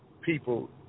people